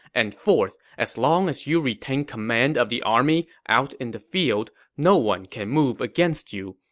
and fourth, as long as you retain command of the army out in the field, no one can move against you,